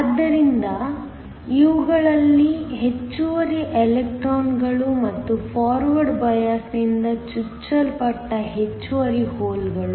ಆದ್ದರಿಂದ ಇವುಗಳು ಹೆಚ್ಚುವರಿ ಎಲೆಕ್ಟ್ರಾನ್ಗಳು ಮತ್ತು ಫಾರ್ವರ್ಡ್ ಬಯಾಸ್ನಿಂದ ಚುಚ್ಚಲ್ಪಟ್ಟ ಹೆಚ್ಚುವರಿ ಹೋಲ್ಗಳು